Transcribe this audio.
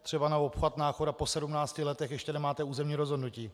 Třeba na obchvat Náchoda po 17 letech ještě nemáte územní rozhodnutí.